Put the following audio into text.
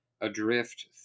adrift